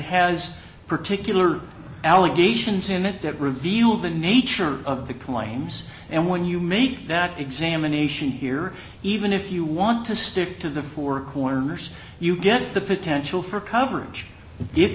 has particular allegations in it that reveal the nature of the claims and when you make that examination here even if you want to stick to the four corners you get the potential for coverage